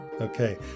Okay